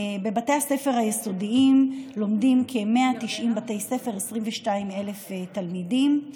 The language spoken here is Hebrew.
בבתי הספר היסודיים לומדים בכ-190 בתי ספר 22,000 תלמידים.